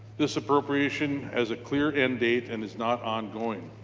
this appropriation as a clear and eight and is not ongoing.